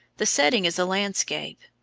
the setting is a landscape,